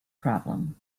problem